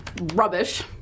rubbish